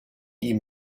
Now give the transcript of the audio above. die